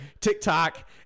TikTok